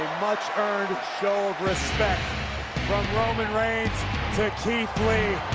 much earned show of respect from roman reigns to keith lee,